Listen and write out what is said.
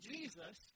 Jesus